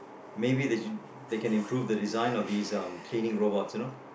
maybe they shoul~ they can improve the design of these um cleaning robots you know